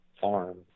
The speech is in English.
farm